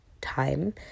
time